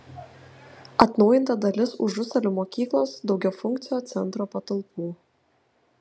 atnaujinta dalis užusalių mokyklos daugiafunkcio centro patalpų